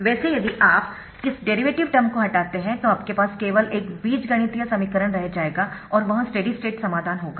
वैसे यदि आप इस डेरीवेटिव टर्म को हटाते है तो आपके पास केवल एक बीजगणितीय समीकरण रह जाएगा और वह स्टेडी स्टेट समाधान होगा